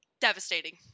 Devastating